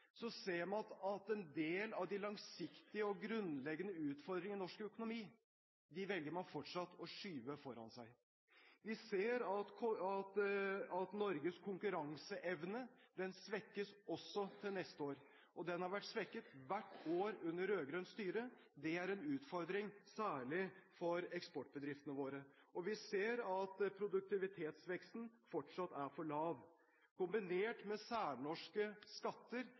ser man at en del av de langsiktige og grunnleggende utfordringene i norsk økonomi velger man fortsatt å skyve foran seg. Vi ser at Norges konkurranseevne svekkes også til neste år. Den har vært svekket hvert år under rød-grønt styre. Det er en utfordring – særlig for eksportbedriftene våre. Vi ser også at produktivitetsveksten fortsatt er for lav. Kombinert med særnorske skatter